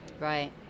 Right